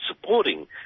supporting